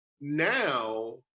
now